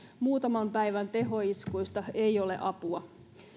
muutaman päivän tehoiskuista ei ole apua